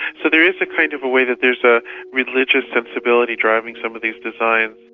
so there is a kind of a way that there's a religious sensibility driving some of these designs.